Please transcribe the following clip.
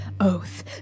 oath